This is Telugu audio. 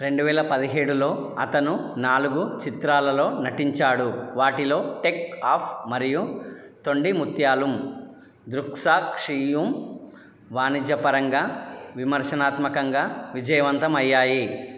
రెండు వేల పదిహేడులో అతను నాలుగు చిత్రాలలో నటించాడు వాటిలో టేక్ఆఫ్ మరియు తొండిముత్యాలుం దృక్సాక్షియుమ్ వాణిజ్యపరంగా విమర్శనాత్మకంగా విజయవంతమయ్యాయి